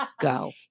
go